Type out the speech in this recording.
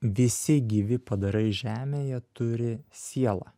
visi gyvi padarai žemėje turi sielą